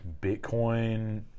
Bitcoin